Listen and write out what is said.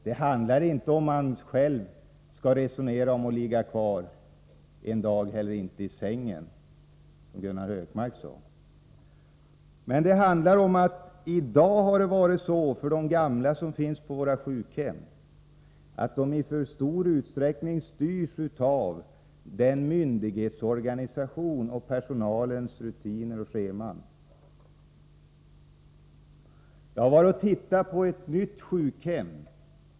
Det handlar inte om att man själv skall resonera om att ligga kvar en dag eller inte i sängen, som Gunnar Hökmark sade, utan det handlar om att de gamla som finns på våra sjukhem i dag i alltför stor utsträckning styrs av myndighetsorganisationen och av personalens rutiner och scheman. Jag har varit och tittat på ett nytt sjukhem.